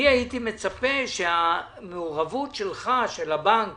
אני הייתי מצפה שהמעורבות שלך, של הבנק